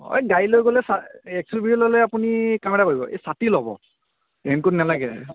অ' গাড়ী লৈ গ'লে ছা এক্স ইউ ভি লৈ গ'লে আপুনি কাম এটা কৰিব এই ছাটি ল'ব ৰেইনকোট নালাগে